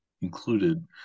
included